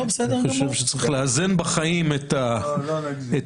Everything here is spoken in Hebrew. אני חושב שצריך לאזן בחיים את הדברים.